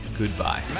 goodbye